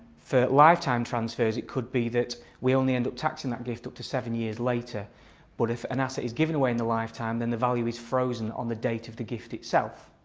for lifetime transfers it could be that we only end up taxing that gift up to seven years later but if an asset is given away in the lifetime then the value is frozen on the date of the gift itself.